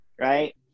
right